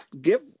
give